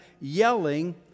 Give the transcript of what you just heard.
yelling